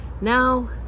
now